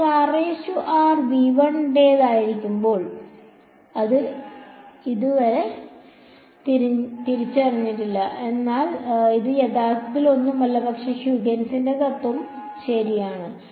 അതിനാൽ r ടേതായിരിക്കുമ്പോൾ അത് ഇതുവരെ തിരിച്ചറിഞ്ഞിട്ടില്ല എന്നാൽ ഇത് യഥാർത്ഥത്തിൽ ഒന്നുമല്ല പക്ഷേ ഹ്യൂഗൻസിന്റെ തത്വം ശരിയാണ്